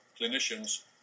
clinicians